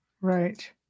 right